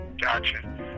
Gotcha